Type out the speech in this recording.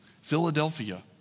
Philadelphia